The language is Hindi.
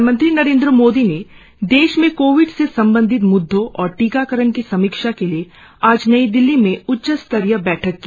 प्रधानमंत्री नरेंद्र मोदी ने देश में कोविड से संबंधित म्द्दों और टीकाकरण की समीक्षा के लिए आज नई दिल्ली में उच्चास्तीय बैठक की